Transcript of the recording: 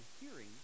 hearing